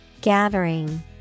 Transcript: Gathering